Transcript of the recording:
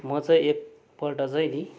म चाहिँ एकपल्ट चाहिँ नि